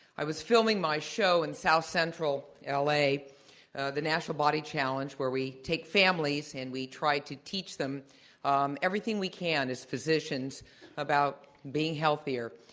i was filming my show in south central l. a. at the national body challenge where we take families and we try to teach them um everything we can as physicians about being healthier.